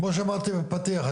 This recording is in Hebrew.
כמו שאמרתי בפתיח,